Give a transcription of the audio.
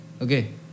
okay